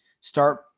start